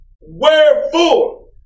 Wherefore